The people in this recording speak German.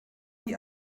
die